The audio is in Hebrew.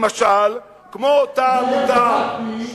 למשל כמו אותה עמותה,